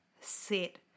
sit